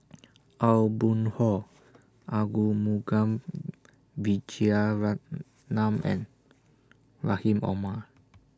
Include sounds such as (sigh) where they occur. Aw Boon Haw Arumugam (noise) Vijiaratnam and Rahim Omar